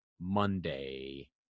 Monday